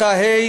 כיתה ה'.